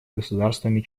государствами